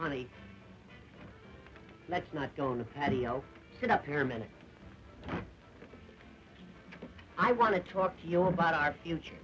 ali let's not go on the patio set up here a minute i want to talk to your but our future